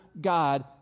God